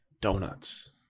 Donuts